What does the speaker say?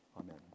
amen